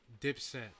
Dipset